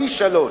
פי-שלושה.